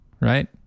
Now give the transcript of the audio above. right